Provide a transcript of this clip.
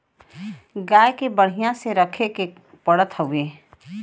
गाय के बढ़िया से रखे के पड़त हउवे